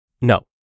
no